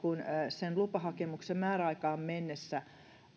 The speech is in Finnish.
sen lupahakemuksen määräaikaan mennessä